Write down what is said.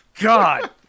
God